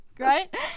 Right